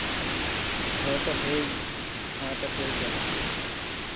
ᱦᱳᱭ ᱛᱚ ᱴᱷᱤᱠ ᱦᱳᱭ ᱛᱚ ᱴᱷᱤᱠ ᱜᱮᱭᱟ